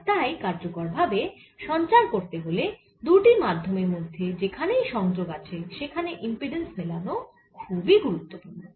আর তাই কার্যকর ভাবে সঞ্চার করতে হলে দুটি মাধ্যমের মধ্যে যেখানেই সংযোগ আছে সেখানে ইম্পিড্যান্স মেলানো খুবই গুরুত্বপুর্ণ